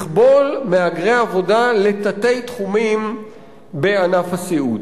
לכבול מהגרי עבודה לתת-תחומים בענף הסיעוד.